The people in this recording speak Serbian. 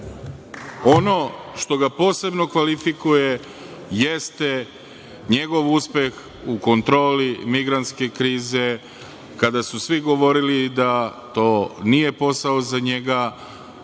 što ga posebno kvalifikuje jeste njegov uspeh u kontroli migrantske krize. Kada su svi govorili da to nije posao za njega,